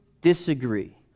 disagree